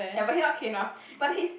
ya but he not cute enough but his